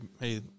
hey